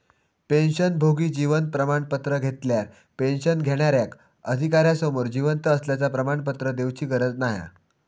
पेंशनभोगी जीवन प्रमाण पत्र घेतल्यार पेंशन घेणार्याक अधिकार्यासमोर जिवंत असल्याचा प्रमाणपत्र देउची गरज नाय हा